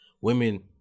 women